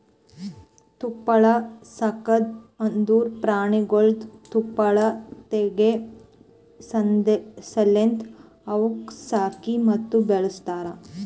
ತುಪ್ಪಳ ಸಾಕದ್ ಅಂದುರ್ ಪ್ರಾಣಿಗೊಳ್ದು ತುಪ್ಪಳ ತೆಗೆ ಸಲೆಂದ್ ಅವುಕ್ ಸಾಕಿ ಮತ್ತ ಬೆಳಸ್ತಾರ್